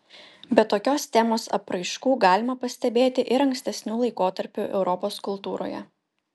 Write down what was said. bet tokios temos apraiškų galima pastebėti ir ankstesnių laikotarpių europos kultūroje